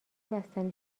بستنی